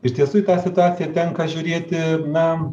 iš tiesų į tą situaciją tenka žiūrėti na